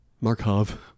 Markov